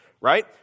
Right